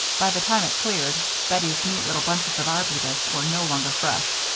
by the time it cleared, bettie's neat little bunches of arbutus were no longer fresh,